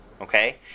Okay